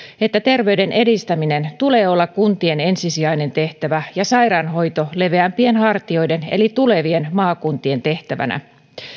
että terveyden edistämisen tulee olla kuntien ensisijainen tehtävä ja sairaanhoidon leveämpien hartioiden eli tulevien maakuntien tehtävänä